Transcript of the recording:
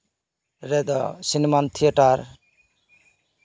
ᱨᱮᱫᱚ cinema theatre